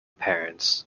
parents